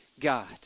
God